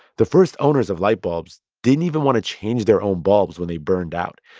the first owners of light bulbs didn't even want to change their own bulbs when they burned out.